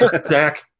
Zach